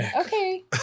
Okay